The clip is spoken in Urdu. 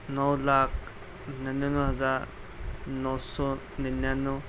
نو لاکھ ننانوے ہزار نو سو ننانوے